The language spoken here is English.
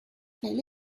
fell